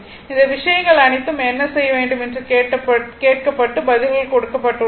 இந்த விஷயங்கள் அனைத்தும் என்ன செய்ய வேண்டும் என்று கேட்கப்பட்டு பதில்கள் கொடுக்கப்பட்டுள்ளன